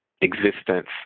existence